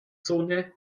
zone